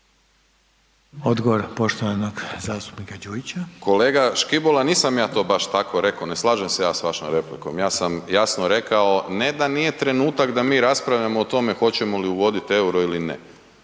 Odgovor poštovanog zastupnika Đujića. **Đujić, Saša (SDP)** Kolega Škibola, nisam ja to baš tako reko ne slažem se ja s vašom replikom, ja sam jasno rekao ne da nije trenutak da mi raspravljamo o tome hoćemo li uvodit euro ili ne,